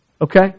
Okay